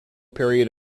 period